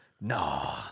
No